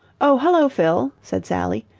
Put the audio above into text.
oh, hullo, fill, said sally.